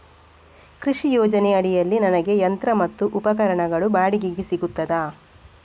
ಕೃಷಿ ಯೋಜನೆ ಅಡಿಯಲ್ಲಿ ನನಗೆ ಯಂತ್ರ ಮತ್ತು ಉಪಕರಣಗಳು ಬಾಡಿಗೆಗೆ ಸಿಗುತ್ತದಾ?